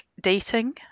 dating